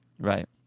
Right